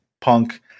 punk